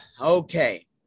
Okay